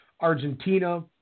Argentina